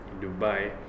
Dubai